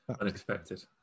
unexpected